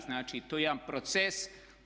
Znači, to je jedan proces.